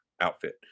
outfit